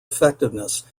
effectiveness